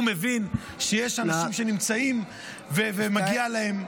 הוא מבין שיש אנשים שנמצאים ומגיע להם.